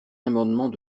amendement